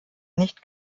nicht